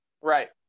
Right